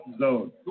zone